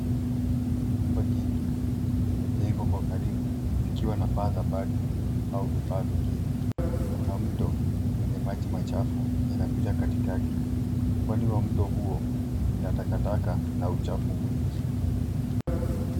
Nyumba nyingi zimejengwa kwa karibu zikiwa na paa za bati au vifaa vingine. Kuna mto wenye maji machafu, yanapita katikati. Pwani ya mto huo ina takataka na uchafu mwingi.